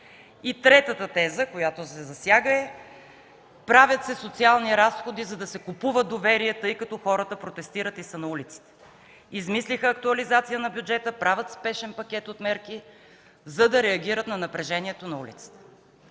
Третата теза, която се засяга – правят се социални разходи, за да се купува доверие, тъй като хората протестират и са на улицата. Измислиха актуализация на бюджета, правят спешен пакет от мерки, за да реагират на напрежението на улицата.